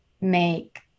make